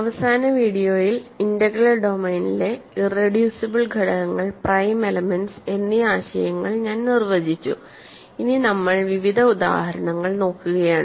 അവസാന വീഡിയോയിൽ ഇന്റഗ്രൽ ഡൊമെയ്നിലെ ഇറെഡ്യൂസിബിൾ ഘടകങ്ങൾ പ്രൈം എലെമെന്റ്സ് എന്നീ ആശയങ്ങൾ ഞാൻ നിർവചിച്ചുഇനി നമ്മൾ വിവിധ ഉദാഹരണങ്ങൾ നോക്കുകയാണ്